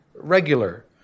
regular